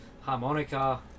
harmonica